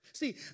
See